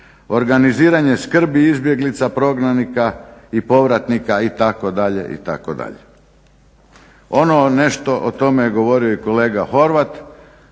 organiziranje skrbi izbjeglica, prognanika i povratnika itd., itd. Ono nešto, o tome je govorio i kolega Horvat,